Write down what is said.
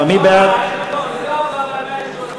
המשרד לביטחון פנים (שירות בתי-הסוהר,